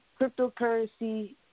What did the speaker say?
Cryptocurrency